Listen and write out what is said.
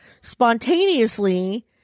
spontaneously